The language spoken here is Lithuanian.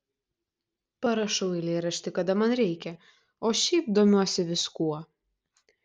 parašau eilėraštį kada man reikia o šiaip domiuosi viskuo